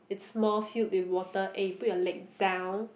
it's more filled with water eh put your leg down